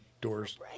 doors